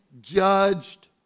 judged